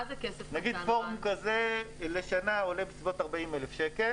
נגיד פורום כזה לשנה עולה בסביבות 40,000 שקל